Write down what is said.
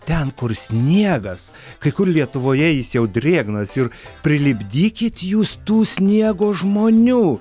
ten kur sniegas kai kur lietuvoje jis jau drėgnas ir prilipdykit jūs tų sniego žmonių